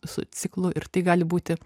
su ciklu ir tai gali būti